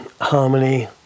harmony